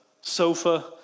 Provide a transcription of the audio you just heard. sofa